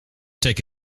take